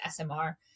SMR